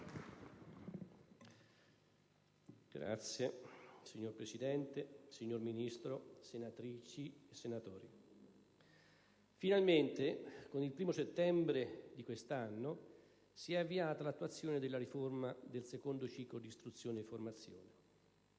*(PdL)*. Signor Presidente, signora Ministro, senatrici, senatori, finalmente con il 1° settembre di quest'anno si è avviata l'attuazione della riforma del secondo ciclo di istruzione e formazione.